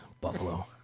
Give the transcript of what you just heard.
buffalo